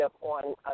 on